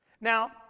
Now